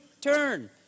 turn